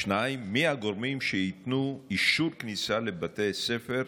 2. מי הגורמים שייתנו אישור כניסה לבתי ספר?